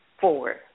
forward